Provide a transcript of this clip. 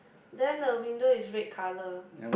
then the window is red colour